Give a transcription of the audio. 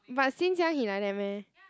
but since young he like that meh